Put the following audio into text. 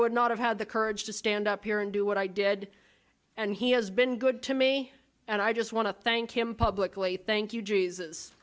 would not have had the courage to stand up here and do what i did and he has been good to me and i just want to thank him publicly thank you jesus